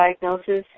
diagnosis